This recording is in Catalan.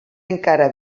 encara